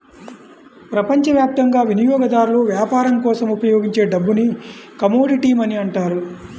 ప్రపంచవ్యాప్తంగా వినియోగదారులు వ్యాపారం కోసం ఉపయోగించే డబ్బుని కమోడిటీ మనీ అంటారు